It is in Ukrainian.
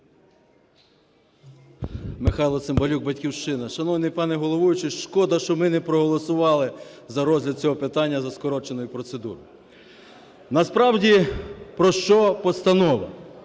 Михайло Цимбалюк, "Батьківщина". Шановний пане головуючий, шкода, що ми не проголосували за розгляд цього питання за скороченою процедурою. Насправді про що Постанова